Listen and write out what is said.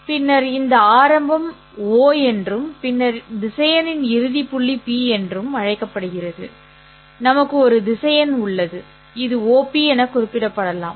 பின்னர் இந்த ஆரம்பம் O என்றும் பின்னர் திசையனின் இறுதிப் புள்ளி P என்றும் அழைக்கப்படுகிறது பின்னர் நமக்கு ஒரு திசையன் உள்ளது இது OP என குறிப்பிடப்படலாம்